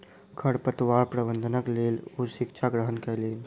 खरपतवार प्रबंधनक लेल ओ शिक्षा ग्रहण कयलैन